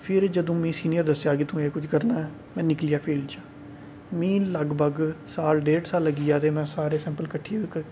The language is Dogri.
फिर जो मी दस्सेआ करना ऐ में निकली गेआ फीलड च मी लगभग साल डेढ साल लगी गेआ ते में सारे सैंपल किट्ठे कीते